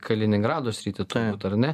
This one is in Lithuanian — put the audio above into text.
kaliningrado sritį turbūt ar ne